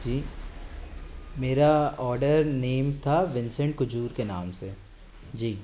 जी मेरा order name था Vincent Kujur के नाम से जी